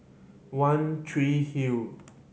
One Tree Hill